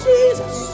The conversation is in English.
Jesus